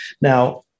Now